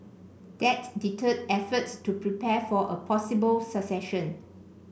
that deterred efforts to prepare for a possible succession